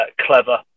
clever